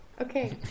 Okay